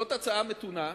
זאת הצעה מתונה,